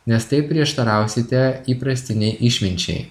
nes taip prieštarausite įprastinei išminčiai